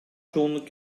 çoğunluk